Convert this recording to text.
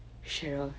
cheryl